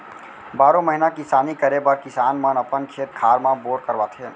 बारो महिना किसानी करे बर किसान मन अपन खेत खार म बोर करवाथे